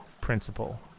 principle